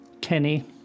Kenny